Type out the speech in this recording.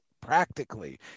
Practically